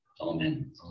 Amen